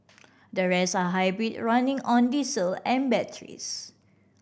the rest are hybrid running on diesel and batteries